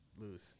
lose